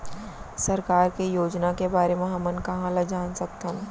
सरकार के योजना के बारे म हमन कहाँ ल जान सकथन?